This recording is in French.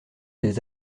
des